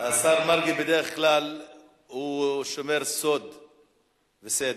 השר מרגי בדרך כלל הוא שומר סוד וסדר.